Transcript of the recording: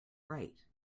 right